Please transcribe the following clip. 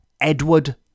edward